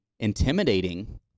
intimidating